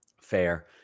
Fair